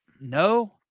No